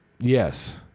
yes